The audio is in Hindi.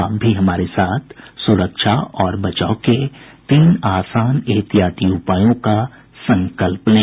आप भी हमारे साथ सुरक्षा और बचाव के तीन आसान एहतियाती उपायों का संकल्प लें